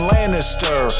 Lannister